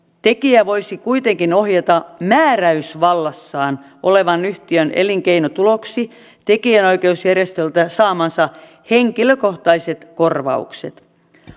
tekijä voisi kuitenkin ohjata määräysvallassaan olevan yhtiön elinkeinotuloksi tekijänoikeusjärjestöltä saamansa henkilökohtaiset korvaukset